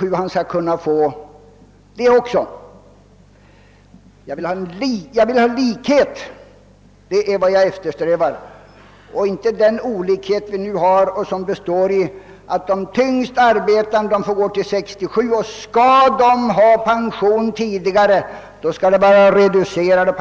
Jag önskar alltså få till stånd likhet därvidlag i stället för den orättvisa som vi nu har och som består i att de tyngst arbetande får vänta på pension till 67 års ålder. Vill de ha pension tidigare, blir pensionsbeloppet reducerat. Det